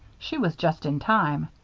she was just in time.